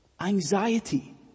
anxiety